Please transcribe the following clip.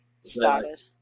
started